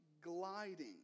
gliding